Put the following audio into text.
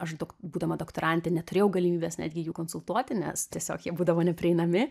aš dok būdama doktorantė neturėjau galimybės netgi jų konsultuoti nes tiesiog jie būdavo neprieinami